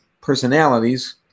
personalities